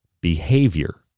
Behavior